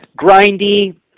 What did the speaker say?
Grindy